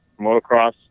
Motocross